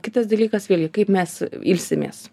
kitas dalykas vėlgi kaip mes ilsimės